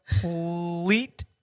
complete